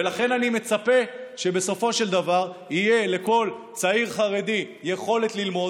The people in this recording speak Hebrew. ולכן אני מצפה שבסופו של דבר תהיה לכל צעיר חרדי יכולת ללמוד,